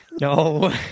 no